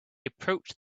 approached